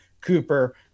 Cooper